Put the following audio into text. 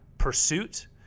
pursuit